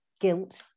Guilt